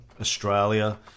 Australia